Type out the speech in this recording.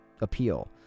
appeal